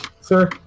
Sir